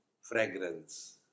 fragrance